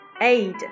aid